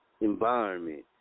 environment